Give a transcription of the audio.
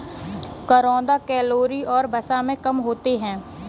करौंदा कैलोरी और वसा में कम होते हैं